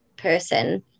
person